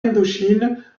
indochine